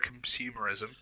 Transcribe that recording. consumerism